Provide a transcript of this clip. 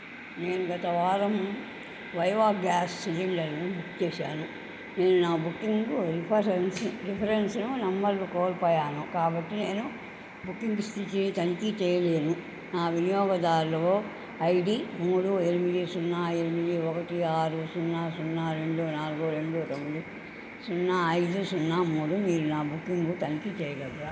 నేను గత వారం వైవా గ్యాస్ సిలిండర్ను బుక్ చేశాను నేను నా బుకింగు రిఫరెన్స్ రిఫరెన్స్ను నంబర్లు కోల్పోయాను కాబట్టి నేను బుకింగ్ స్థితిని తనిఖీ చెయ్యలేను నా వినియోగదారులో ఐడి మూడు ఎనిమిది సున్నా ఎనిమిది ఒకటి ఆరు సున్నా సున్నా రెండు నాలుగు రెండు రెండు సున్నా ఐదు సున్నా మూడు మీరు నా బుకింగు తనిఖీ చెయ్యగలరా